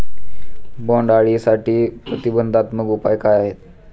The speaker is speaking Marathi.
बोंडअळीसाठी प्रतिबंधात्मक उपाय काय आहेत?